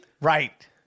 Right